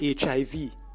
HIV